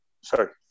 Sorry